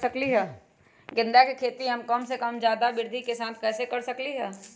गेंदा के खेती हम कम जगह में ज्यादा वृद्धि के साथ कैसे कर सकली ह?